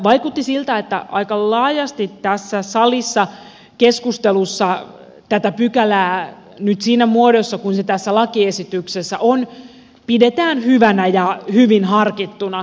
vaikutti siltä että aika laajasti tässä salissa keskustelussa tätä pykälää siinä muodossa kuin se nyt tässä lakiesityksessä on pidetään hyvänä ja hyvin harkittuna